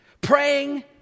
Praying